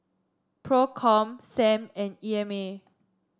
Procom Sam and E M A